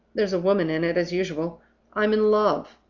there's a woman in it, as usual i'm in love.